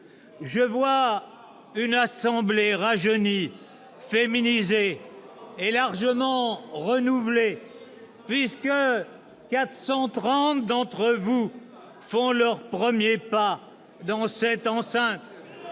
Je vois une assemblée rajeunie, féminisée, et largement renouvelée, puisque 430 d'entre vous font leurs premiers pas dans cette enceinte.